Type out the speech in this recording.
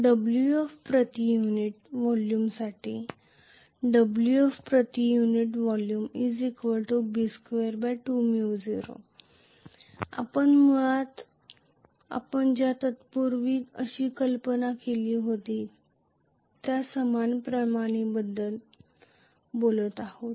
Wf प्रति unit व्हॉल्यूमसाठी Wf प्रति युनिट व्हॉल्यूम B22µ0 आम्ही मुळात आपण यापूर्वी जी कल्पना केली होती त्या समान प्रणालीबद्दल बोलत आहोत